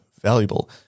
valuable